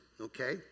okay